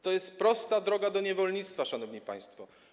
To jest prosta droga do niewolnictwa, szanowni państwo.